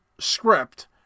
Script